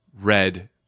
Red